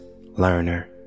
learner